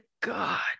God